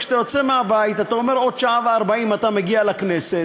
כשאתה יוצא מהבית אתה אומר: בעוד שעה ו-40 דקות אתה מגיע לכנסת,